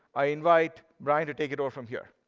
i invite bryan to take it all from here.